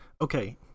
okay